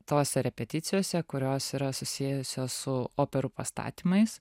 tose repeticijose kurios yra susijusios su operų pastatymais